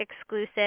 exclusive